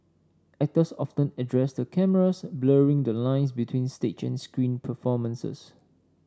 actors often addressed the cameras blurring the lines between stage and screen performances